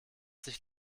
sich